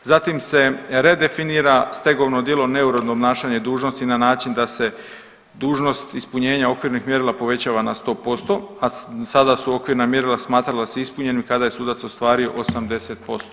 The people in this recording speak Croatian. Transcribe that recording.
Zatim se redefinira stegovno djelo neuredno obnašanje dužnosti na način da se dužnost ispunjenja okvirnih mjerila povećava na 100%, a sada su okvirna mjerila smatrala se ispunjenim kada je sudac ostvario 80%